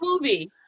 movie